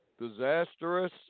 disastrous